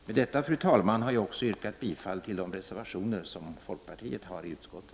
Med detta, fru talman, har jag också yrkat bifall till de reservationer som folkpartiet har avgivit i utskottet.